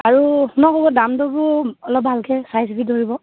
আৰু শুনক আকৌ দাম দৰবোৰ অলপ ভালকৈ চাইচিতি ধৰিব